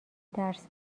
درس